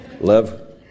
Love